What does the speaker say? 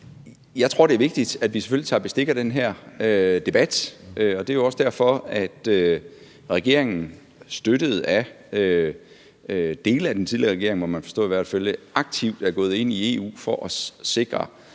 Jeg tror, det er vigtigt, at vi tager bestik af den her debat, og det er jo også derfor, at regeringen – støttet af dele af den tidligere regering, må man i hvert fald forstå – aktivt er gået ind i forhold til